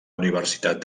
universitat